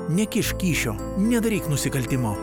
nekišk kyšio nedaryk nusikaltimo